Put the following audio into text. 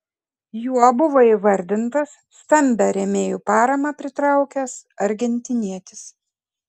juo buvo įvardintas stambią rėmėjų paramą pritraukęs argentinietis